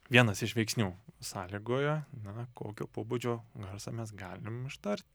vienas iš veiksnių sąlygoja na kokio pobūdžio garsą mes galim ištart